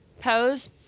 Pose